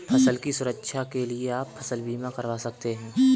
फसल की सुरक्षा के लिए आप फसल बीमा करवा सकते है